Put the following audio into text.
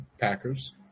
Packers